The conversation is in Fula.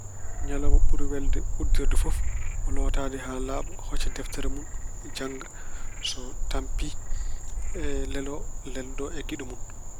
Ñalawma ɓuri welde uddirde fof ko lootaade haa laaɓa, hocca deftere mun jannga. So tampi lelo, leldo e giɗo mun.